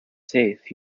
safe